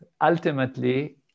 ultimately